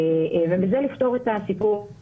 ובזה לפתור את הסיפור.